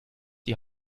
die